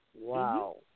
Wow